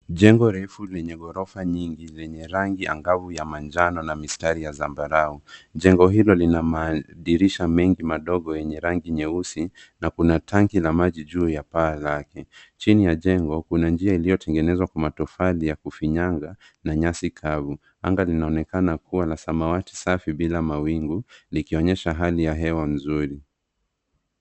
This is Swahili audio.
Jengo refu lenye ghorofa nyingi zenye rangi angavu ya manjano na mistari ya zambarau. Jengo hilo lina madirisha mengi madogo yenye rangi nyeusi, na kuna tanki la maji juu ya paa lake. Chini ya jengo, kuna njia iliyotengenezwa kwa matofali ya kufinyanga, na nyasi kavu. Anga linaonekana kuwa la samawati safi bila mawingu, likionyesha hali ya hewa nzuri.